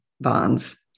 bonds